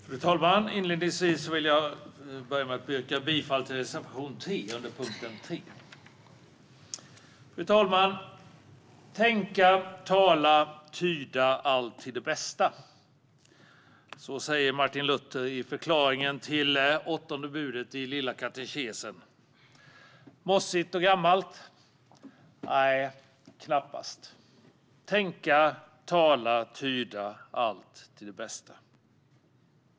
Fru talman! Jag vill börja med att yrka bifall till reservation 3 under punkt 3. Fru talman! Tänka, tala och tyda allt till det bästa - så säger Martin Luther i förklaringen till åttonde budet i Lilla katekesen . Är det mossigt och gammalt? Nej, det är det knappast - tänka, tala och tyda allt till det bästa.